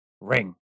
Ring